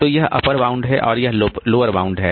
तो यह upper bound है और यह लोअर बाउंड है